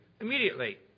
immediately